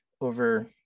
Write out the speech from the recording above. over